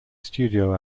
studio